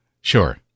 sure